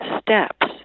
steps